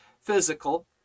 physical